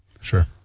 Sure